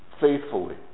faithfully